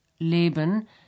leben